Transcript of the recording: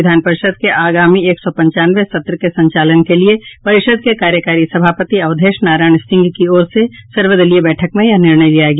विधान परिषद के आगामी एक सौ पंचानवे सत्र के संचालन के लिये परिषद के कार्यकारी सभापति अवधेश नारायण सिंह की ओर से सर्वदलीय बैठक में यह निर्णय लिया गया